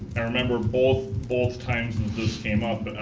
i remember both both times that this came up.